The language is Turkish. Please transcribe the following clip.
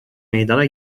meydana